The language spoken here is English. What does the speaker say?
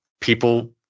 People